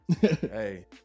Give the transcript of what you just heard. Hey